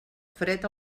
fred